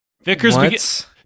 Vickers